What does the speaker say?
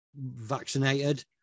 vaccinated